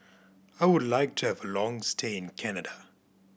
I would like to have a long stay in Canada